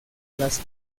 las